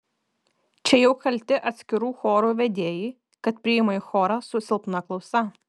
čia jau kalti atskirų chorų vedėjai kad priima į chorą su silpna klausa